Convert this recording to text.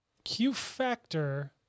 Q-Factor